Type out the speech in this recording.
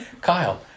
Kyle